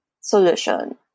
solution